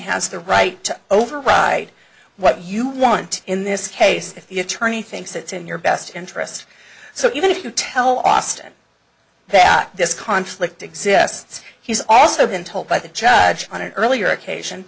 has the right to override what you want in this case if the attorney thinks it's in your best interest so even if you tell austin that this conflict exists he's also been told by the judge on an earlier occasion